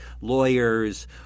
lawyers